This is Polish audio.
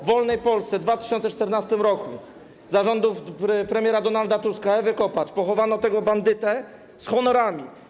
W wolnej Polsce w 2014 r. za rządów premiera Donalda Tuska, Ewy Kopacz pochowano tego bandytę z honorami.